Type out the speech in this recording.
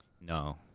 No